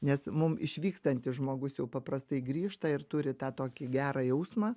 nes mum išvykstantį žmogus jau paprastai grįžta ir turi tą tokį gerą jausmą